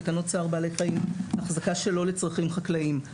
תקנות צער בעלי חיים (אחזקה שלא לצרכים חקלאיים).